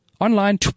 Online